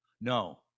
No